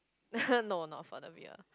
no not for the beer